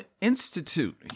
Institute